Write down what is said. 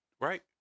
right